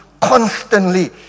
constantly